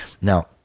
Now